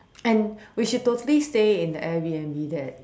and we should totally stay in the air b_n_b there